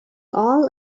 all